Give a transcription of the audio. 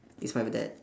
it's my dad